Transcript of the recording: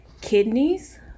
kidneys